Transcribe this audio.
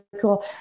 cool